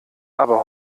aber